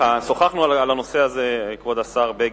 שוחחנו על הנושא הזה, כבוד השר בגין.